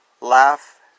laugh